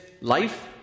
life